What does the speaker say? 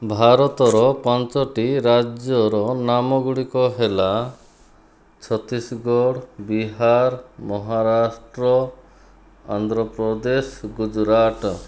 ଭାରତର ପାଞ୍ଚଟି ରାଜ୍ୟର ନାମ ଗୁଡ଼ିକ ହେଲା ଛତିଶଗଡ଼ ବିହାର ମହାରାଷ୍ଟ୍ର ଆନ୍ଧ୍ରପ୍ରଦେଶ ଗୁଜୁରାଟ